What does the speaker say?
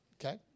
okay